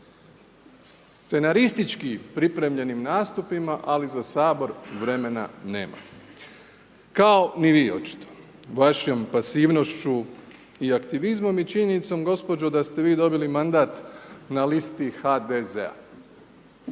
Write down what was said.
scenaristički pripremljenim nastupima, ali za Sabor vremena nema, kao ni vi očito. Vašom pasivnošću i aktivizmom i činjenicom gospođo da ste vi dobili mandat na listi HDZ-a,